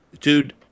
dude